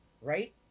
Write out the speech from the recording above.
right